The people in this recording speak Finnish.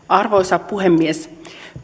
arvoisa puhemies